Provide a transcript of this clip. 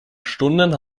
stunden